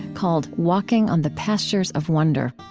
called walking on the pastures of wonder.